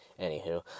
anywho